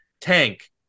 Tank